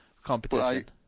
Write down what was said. competition